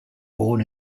born